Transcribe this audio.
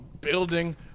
building